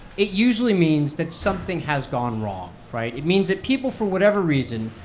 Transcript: it usually means that something has gone wrong, right? it means that people, for whatever reason,